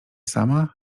sama